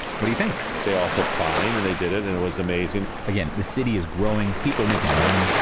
what do you think? they all said, fine. and they did it and it was amazing again, the city is growing, people are making money,